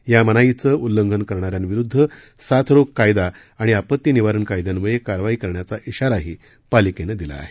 या मनाईचं उल्लंघन करणाऱ्यांविरुद्ध साथरोग कायदा आणि आपत्ती निवारण कायद्यान्वये कारवाई करण्याचा शिराही पालिकेनं दिला आहे